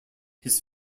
his